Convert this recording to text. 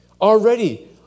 Already